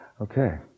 Okay